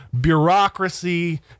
bureaucracy